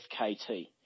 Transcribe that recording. FKT